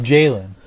Jalen